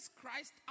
Christ